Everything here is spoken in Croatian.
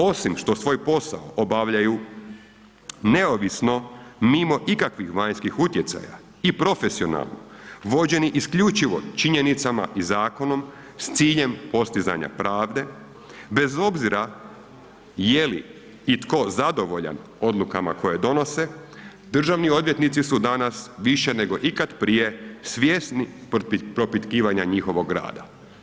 Osim što svoj posao obavljaju neovisno mimo ikakvih vanjskih utjecaja i profesionalno, vođeni isključivo činjenicama i zakonom s ciljem postizanja pravde bez obzira je li i tko zadovoljan odlukama koje donose državni odvjetnici su danas više nego ikad prije svjesni propitkivanja njihovog rada.